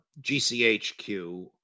GCHQ